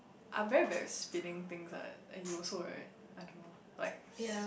I'm very bad with spinning things [what] eh you also right I don't know like s~